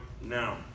now